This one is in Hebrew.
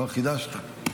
נאור, חידשת.